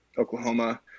Oklahoma